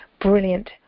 brilliant